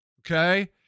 okay